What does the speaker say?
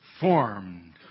formed